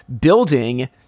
building